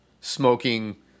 smoking